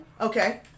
Okay